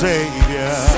Savior